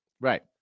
Right